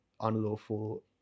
unlawful